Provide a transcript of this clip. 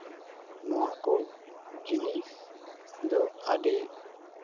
ᱱᱚᱣᱟ ᱠᱚ ᱡᱤᱱᱤᱥ ᱫᱚ ᱟᱹᱰᱤ